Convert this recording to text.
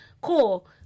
cool